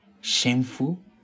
shameful